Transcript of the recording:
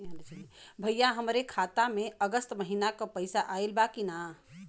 भईया हमरे खाता में अगस्त महीना क पैसा आईल बा की ना?